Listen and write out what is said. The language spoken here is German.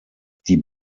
die